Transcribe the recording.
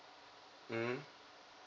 mm